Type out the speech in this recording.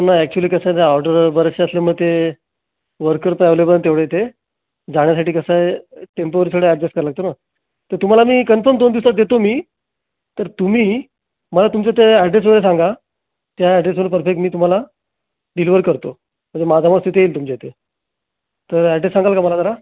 नाही ॲक्च्युली कसं आहे ते ऑर्डर बरेचसे असल्यामुळे ते वर्कर पण ॲवेलेबल नाही तेवढे ते जाण्यासाठी कसं आहे टेम्पो थोडे ॲडजस्ट करावा लागतो ना तर तुम्हाला मी कन्फर्म दोन दिवसात देतो मी तर तुम्ही मला तुमचा ते ॲड्रेस वगैरे सांगा त्या ॲड्रेसवर पर्फेक्ट मी तुम्हाला डिलिवर करतो म्हणजे माझा माणूस येईल तुमच्या इथे तर ॲड्रेस सांगाल का मला जरा